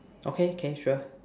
okay okay sure